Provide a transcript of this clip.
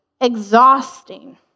exhausting